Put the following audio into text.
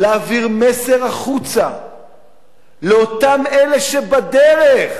להעביר מסר החוצה לאותם אלה שבדרך.